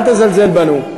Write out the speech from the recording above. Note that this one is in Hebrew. אל תזלזל בנו.